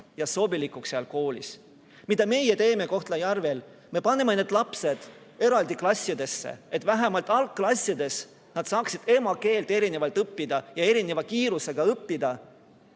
ja sobilikuks seal koolis. Mida meie teeme Kohtla-Järvel? Me paneme need lapsed eraldi klassidesse, et vähemalt algklassides nad saaksid emakeelt erinevalt ja erineva kiirusega õppida.